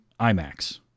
IMAX